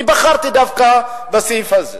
אני בחרתי דווקא בסעיף הזה.